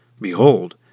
Behold